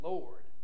Lord